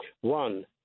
One